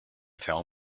tell